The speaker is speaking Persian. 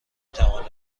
توانید